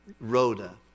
Rhoda